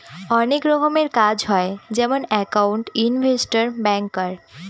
অনেক রকমের কাজ হয় যেমন একাউন্ট, ইনভেস্টর, ব্যাঙ্কার